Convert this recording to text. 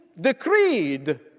decreed